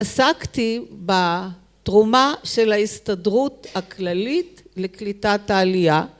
עסקתי בתרומה של ההסתדרות הכללית לקליטת העלייה